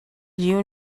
you